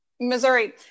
Missouri